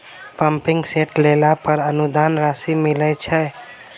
Pumping set लेला पर अनुदान राशि मिलय छैय?